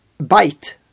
bite